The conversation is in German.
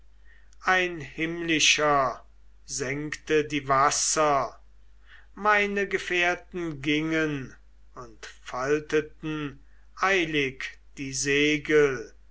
ein himmlischer senkte die wasser meine gefährten gingen und falteten eilig die segel